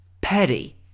petty